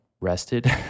rested